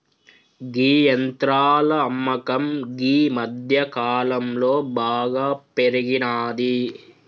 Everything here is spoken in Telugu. గీ యంత్రాల అమ్మకం గీ మధ్యకాలంలో బాగా పెరిగినాది